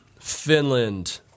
Finland